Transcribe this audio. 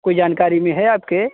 कोई जानकारी में है आपके